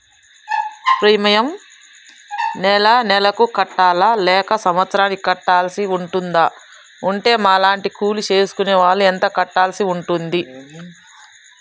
Premium నెల నెలకు కట్టాలా లేక సంవత్సరానికి కట్టాల్సి ఉంటదా? ఉంటే మా లాంటి కూలి చేసుకునే వాళ్లు ఎంత కట్టాల్సి ఉంటది?